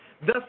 Thus